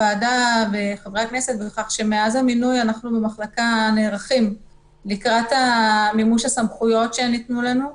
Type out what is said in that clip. מאז המינוי אנחנו במחלקה נערכים לקראת מימוש הסמכויות שניתנו לנו.